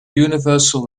universal